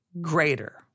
greater